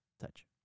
touch